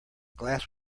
glass